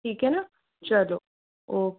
ठीक है न चलो ओके